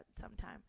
sometime